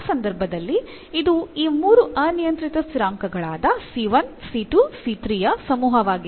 ಆ ಸಂದರ್ಭದಲ್ಲಿ ಇದು ಈ ಮೂರು ಅನಿಯಂತ್ರಿತ ಸ್ಥಿರಾಂಕಗಳಾದ ಯ ಸಮೂಹವಾಗಿದೆ